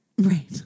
Right